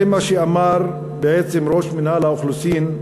זה מה שאמר בעצם ראש מינהל האוכלוסין.